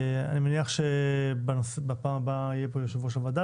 אני מניח שבפעם הבאה יהיה פה יושב ראש הוועדה